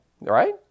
Right